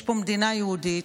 יש פה מדינה יהודית,